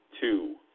Two